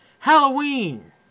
Halloween